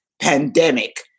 pandemic